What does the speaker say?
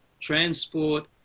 transport